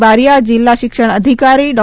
બારીયા જિલ્લા શિક્ષણ અધિકારી ડો